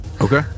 Okay